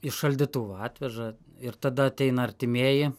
iš šaldytuvo atveža ir tada ateina artimieji